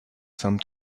some